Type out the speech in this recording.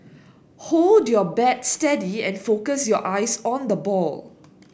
hold your bat steady and focus your eyes on the ball